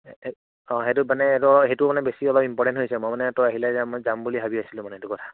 অ' সেইটো মানে সেইটো মানে বেছি অলপ ইমপৰ্টেণ্ট হৈছে মই মানে তই আহিলে যাম যাম বুলি ভাবি আছিলোঁ মানে এইটো কথা